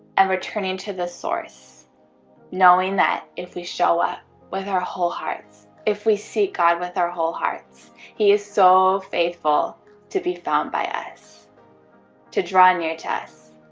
and returning to the source knowing, that if we show up with our whole hearts if we seek god with our whole hearts he is so faithful to be found by us to, draw, near to us